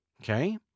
okay